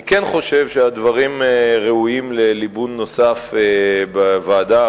אני כן חושב שהדברים ראויים לליבון נוסף בוועדה,